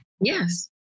Yes